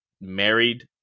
married